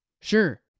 sure